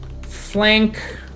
flank